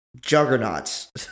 juggernauts